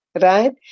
right